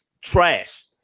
Trash